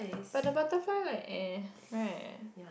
but the butterfly like right